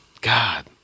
god